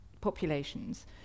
populations